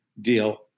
deal